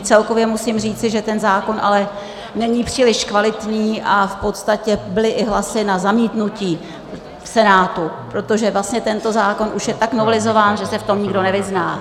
Celkově musím říci, že ten zákon ale není příliš kvalitní a v podstatě byly i hlasy na zamítnutí v Senátu, protože tento zákon už je tak novelizován, že se v tom nikdo nevyzná.